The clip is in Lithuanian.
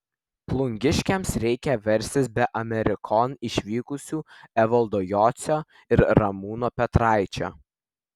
plungiškiams reikia verstis be amerikon išvykusių evaldo jocio ir ramūno petraičio